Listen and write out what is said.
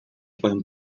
poden